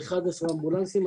611 אמבולנסים.